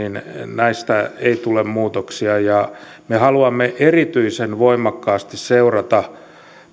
näistä ei tule muutoksia me haluamme erityisen voimakkaasti seurata